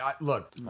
look